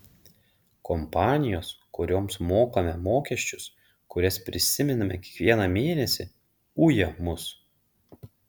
kompanijos kurioms mokame mokesčius kurias prisimename kiekvieną mėnesį uja mus